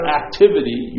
activity